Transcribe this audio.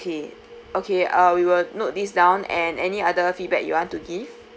okay ah we will note this down and any other feedback you want to give